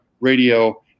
radio